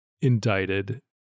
indicted